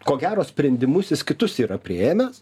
ko gero sprendimus jis kitus yra priėmęs